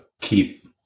keep